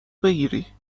بگیری